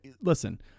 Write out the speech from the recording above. Listen